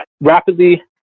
rapidly